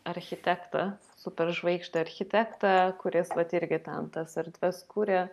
architektą superžvaigždę architektą kuris vat irgi ten tas erdves kūrė